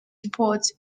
sports